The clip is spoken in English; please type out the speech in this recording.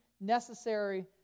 necessary